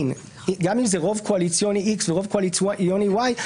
גם אם זה רוב קואליציוני X ורוב קואליציוני Y,